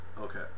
Okay